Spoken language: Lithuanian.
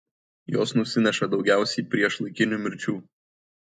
jos nusineša daugiausiai priešlaikinių mirčių